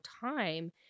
time